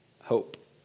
hope